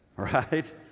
right